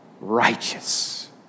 righteous